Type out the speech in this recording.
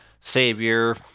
Savior